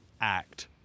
act